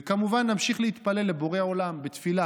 וכמובן נמשיך להתפלל לבורא עולם בתפילה